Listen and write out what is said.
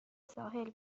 ساحل